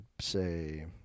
say